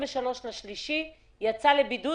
הנושא הראשון הוא שכר הצוותים הרפואיים שיצאו לבידוד